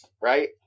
right